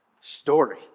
story